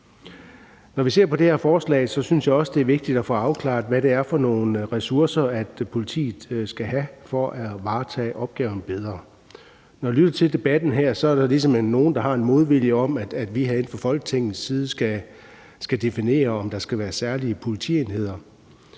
Når vi ser på det her forslag, synes jeg også, det er vigtigt at få afklaret, hvad det er for nogle ressourcer, politiet skal have for at varetage opgaven bedre. Når jeg lytter til debatten her, er der ligesom nogle, der har en modvilje mod, at vi herinde fra Folketingets side skal definere, om der skal være særlige politienheder.